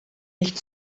nicht